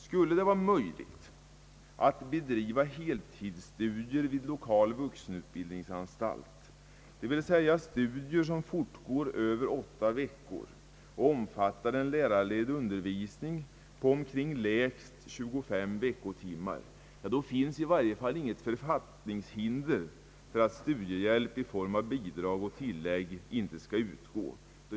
Skulle det vara möjligt att bedriva heltidsstudier vid lokal vuxenutbildningsanstalt, d. v. s. studier som fortgår över åtta veckor och omfattar en lärarledd undervisning på lägst 25 veckotimmar, finns i varje fall inget författningshinder för studiehjälp i form av bidrag och tillägg.